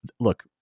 Look